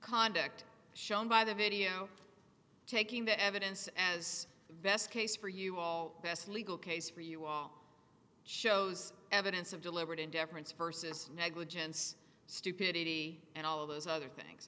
conduct shown by the video taking the evidence as the best case for you all best legal case for you all shows evidence of deliberate indifference versus negligence stupidity and all of those other things